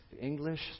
English